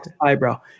eyebrow